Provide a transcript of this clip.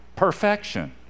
perfection